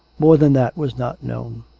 more than that was not known.